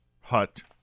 Hut